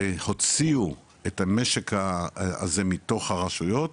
שהוציאו את המשק הזה מתוך הרשויות,